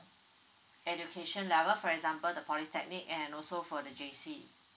education level for example the polytechnic and also for the J_C